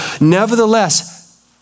Nevertheless